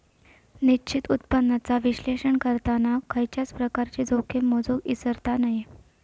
निश्चित उत्पन्नाचा विश्लेषण करताना खयच्याय प्रकारची जोखीम मोजुक इसरता नये